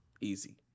easy